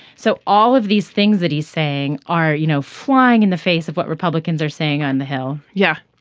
so all of these things that he's saying are you know flying in the face of what republicans are saying on the hill. yeah.